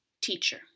teacher